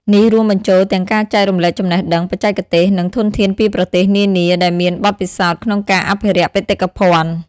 នេះរួមបញ្ចូលទាំងការចែករំលែកចំណេះដឹង បច្ចេកទេស និងធនធានពីប្រទេសនានាដែលមានបទពិសោធន៍ក្នុងការអភិរក្សបេតិកភណ្ឌ។